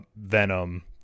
venom